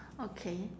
okay